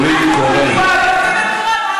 נורית קורן,